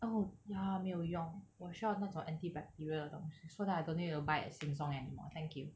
oh ya 没有用我需要那种 antibacterial 的东西 so that I don't need to buy at Sheng Siong anymore thank you